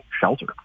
shelter